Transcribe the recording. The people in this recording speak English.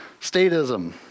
Statism